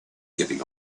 giving